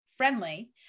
friendly